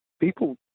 People